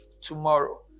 tomorrow